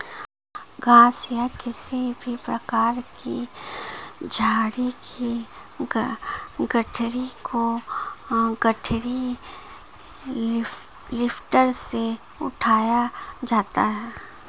घास या किसी भी प्रकार की झाड़ी की गठरी को गठरी लिफ्टर से उठाया जाता है